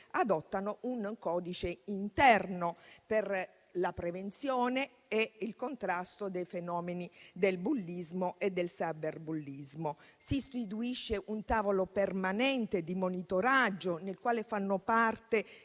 adotti un codice interno per la prevenzione e il contrasto dei fenomeni del bullismo e del cyberbullismo. Si istituisce un tavolo permanente di monitoraggio del quale fanno parte i